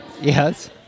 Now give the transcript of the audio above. Yes